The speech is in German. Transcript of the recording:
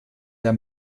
der